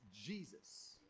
Jesus